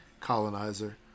colonizer